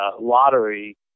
lottery